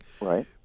Right